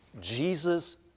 jesus